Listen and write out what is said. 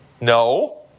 No